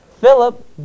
Philip